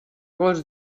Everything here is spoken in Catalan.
gos